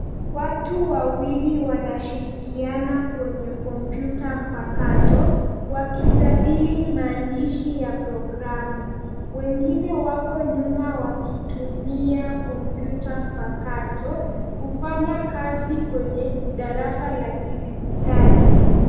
Watu wawili wanashirikiana kwenye kompyuta mpakato wakijadili maandishi ya programu. Wengine wako nyuma wakitumia kompyuta mpakato kufanya kazi kwenye darasa la kidijitali.